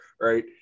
Right